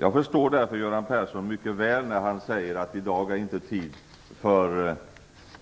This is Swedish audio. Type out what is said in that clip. Jag förstår därför Göran Persson mycket väl när han säger att det i dag inte är tid för